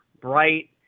bright